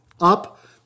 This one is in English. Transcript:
up